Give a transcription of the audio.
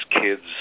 kids